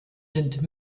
sind